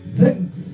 Thanks